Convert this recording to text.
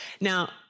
now